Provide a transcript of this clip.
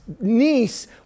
niece